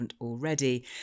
already